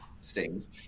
stings